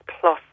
plus